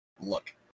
look